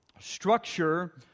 structure